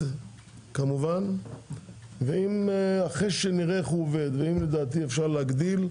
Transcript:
כמובן ואחרי שנראה איך עובד לדעתי אפשר להגדיל,